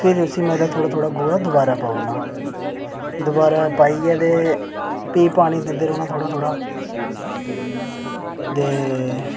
फिर उसी थोह्ड़ा थोह्ड़ा गोहा मतलब दोआरै पाई ओड़ना दोआरै पाइयै ते प्ही पानी दिंदे रौह्ना थोह्ड़ा थोह्ड़ा ते